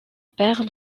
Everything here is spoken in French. père